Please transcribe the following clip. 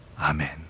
Amen